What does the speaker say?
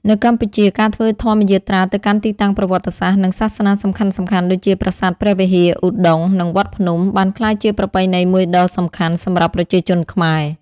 នៅកម្ពុជា ការធ្វើធម្មយាត្រាទៅកាន់ទីតាំងប្រវត្តិសាស្ត្រ និងសាសនាសំខាន់ៗដូចជា ប្រាសាទព្រះវិហារ ឧដុង្គ និងវត្តភ្នំ បានក្លាយជាប្រពៃណីមួយដ៏សំខាន់សម្រាប់ប្រជាជនខ្មែរ។